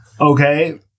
Okay